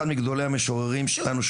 אחד מגדולי המשוררים שלנו,